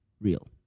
real